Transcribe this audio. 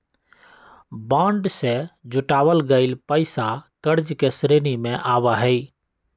bond से जुटावल गइल पैसा कर्ज के श्रेणी में आवा हई